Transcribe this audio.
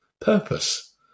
purpose